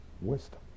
wisdom